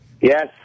Yes